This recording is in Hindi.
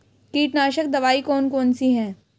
कीटनाशक दवाई कौन कौन सी हैं?